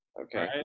okay